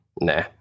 Nah